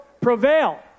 prevail